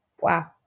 Wow